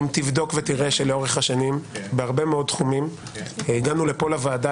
אם תבדוק תראה שלאורך השנים בהרבה מאוד תחומים הגענו לפה לוועדה